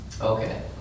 okay